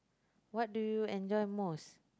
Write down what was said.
what do you enjoy most